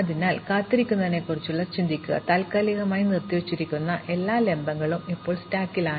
അതിനാൽ കാത്തിരിക്കുന്നതിനെക്കുറിച്ച് ചിന്തിക്കുക താൽക്കാലികമായി നിർത്തിവച്ചിരിക്കുന്ന എല്ലാ ലംബങ്ങളും ഇപ്പോൾ ഒരു സ്റ്റാക്കിലാണ്